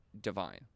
divine